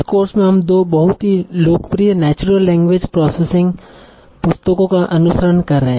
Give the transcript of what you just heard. इस कोर्स में हम दो बहुत ही लोकप्रिय नेचुरल लैंग्वेज प्रोसेसिंग पुस्तकों का अनुसरण कर रहे हैं